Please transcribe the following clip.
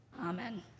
Amen